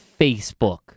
Facebook